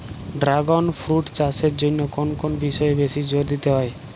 Dragon fruit চাষের জন্য কোন কোন বিষয়ে বেশি জোর দিতে হয়?